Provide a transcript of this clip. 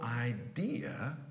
idea